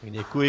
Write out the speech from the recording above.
Děkuji.